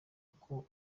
uko